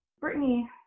Brittany